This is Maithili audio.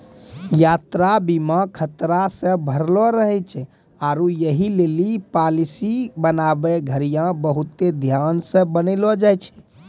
यात्रा बीमा खतरा से भरलो रहै छै आरु यहि लेली पालिसी बनाबै घड़ियां बहुते ध्यानो से बनैलो जाय छै